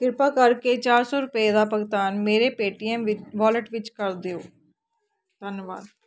ਕਿਰਪਾ ਕਰਕੇ ਚਾਰ ਸੌ ਰੁਪਏ ਦਾ ਭੁਗਤਾਨ ਮੇਰੇ ਪੇਟੀਐੱਮ ਵਿ ਵਾਲਟ ਵਿੱਚ ਕਰ ਦਿਓ ਧੰਨਵਾਦ